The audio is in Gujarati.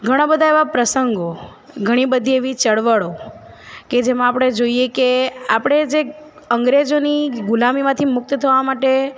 ઘણાં બધાં એવા પ્રસંગો ઘણી બધી એવી ચળવળો કે જેમાં આપણે જોઈ કે આપણે જે અંગ્રેજોની જે ગુલામીમાંથી મુક્ત થવા માટે